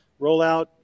rollout